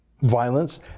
violence